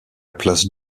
place